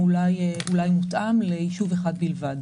ואולי הותאם,